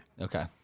Okay